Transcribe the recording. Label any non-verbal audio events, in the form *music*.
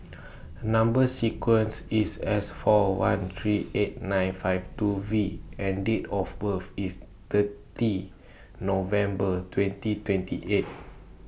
Number sequence IS S four one three eight nine five two V and Date of birth IS thirty November twenty twenty eight *noise*